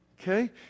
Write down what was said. okay